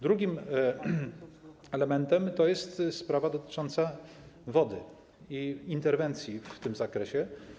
Drugim elementem jest sprawa dotycząca wody i interwencji w tym zakresie.